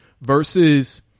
versus –